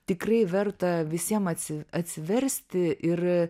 tikrai verta visiem atsi atsiversti ir